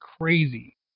crazy